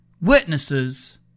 witnesses